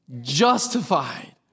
justified